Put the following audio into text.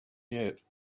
yet